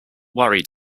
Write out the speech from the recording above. worried